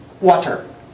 water